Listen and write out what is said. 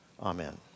Amen